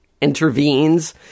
intervenes